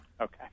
okay